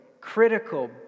critical